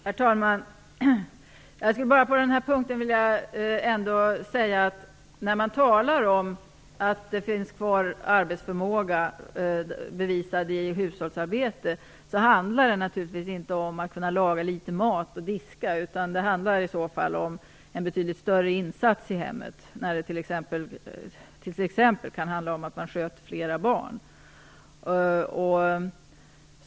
Herr talman! Jag skulle bara på den här punkten vilja säga att när man talar om att det finns bevisad arbetsförmåga i hushållsarbete kvar, handlar det naturligtvis inte om att kunna laga litet mat och diska, utan det handlar i så fall om en betydligt större insats i hemmet. Det kan t.ex. handla om att man sköter flera barn.